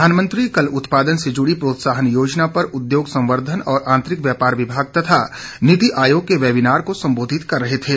प्रधानमंत्री कल उत्पादन से जुड़ी प्रोत्साहन योजना पर उद्योग संवर्द्वन और आंतरिक व्यापार विभाग तथा नीति आयोग के वैबिनार को सम्बोधित कर रहे थे